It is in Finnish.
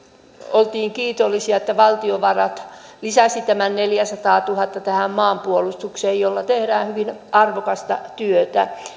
oltiin kiitollisia että valtiovarat lisäsi tämän neljäsataatuhatta euroa maanpuolustukseen jolla tehdään hyvin arvokasta